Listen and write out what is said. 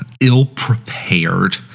ill-prepared